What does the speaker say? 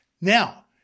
Now